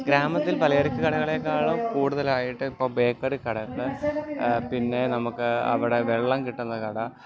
ഗ്രാമത്തിൽ പലചരക്ക് കടകളെക്കാളും കൂടുതലായിട്ട് ഇപ്പം ബേക്കറി കടകൾ പിന്നെ നമുക്ക് അവിടെ വെള്ളം കിട്ടുന്ന കട